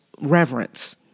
reverence